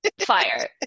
fire